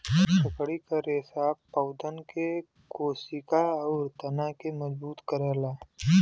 लकड़ी क रेसा पौधन के कोसिका आउर तना के मजबूत करला